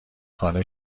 خانه